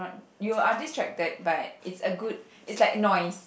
you are distracted but it's a good it's like noise